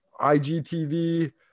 IGTV